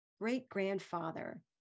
great-grandfather